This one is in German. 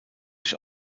sich